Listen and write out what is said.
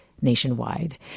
nationwide